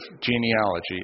genealogy